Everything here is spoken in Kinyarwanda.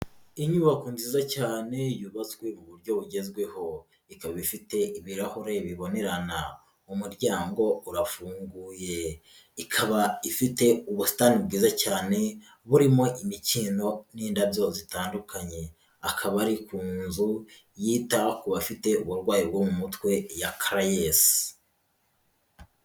Inyubako nziza cyane yubatswe uburyo bugezweho, ikaba ifite ibirahure bibonerana. Umuryango urafunguye ikaba ifite ubusitani bwiza cyane burimo imikindo n'indabyo zitandukanye, akaba ari kunzu yita ku bafite uburwayi bwo mu mutwe ya carayesi.